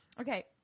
Okay